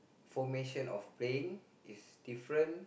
formation of praying is different